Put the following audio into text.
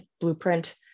blueprint